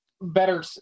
better